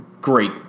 great